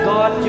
God